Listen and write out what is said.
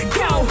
go